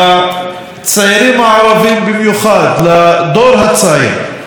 לצעירים, הערבים במיוחד, לדור הצעיר: